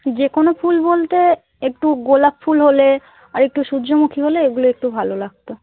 যে কোনো ফুল বলতে একটু গোলাপ ফুল হলে আর একটু সূর্যমুখী হলে এগুলো একটু ভালো লাগতো